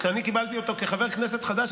אותה כחבר כנסת חדש,